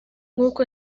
nkuko